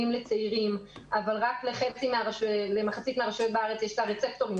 לצעירים אבל רק למחצית מן הרשויות בארץ יש את הרצפטורים,